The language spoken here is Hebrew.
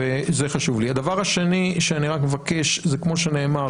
הדבר השני שאני רק מבקש זה כמו שנאמר,